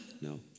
No